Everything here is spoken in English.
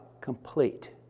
complete